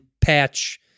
patch